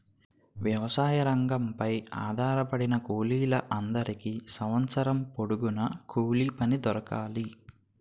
వ్యవసాయ రంగంపై ఆధారపడిన కూలీల అందరికీ సంవత్సరం పొడుగున కూలిపని దొరకాలి